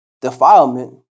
Defilement